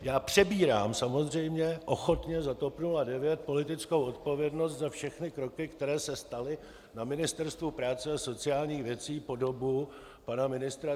Já přebírám samozřejmě ochotně za TOP 09 politickou odpovědnost za všechny kroky, které se staly na Ministerstvu práce a sociálních věcí po dobu pana ministra Drábka.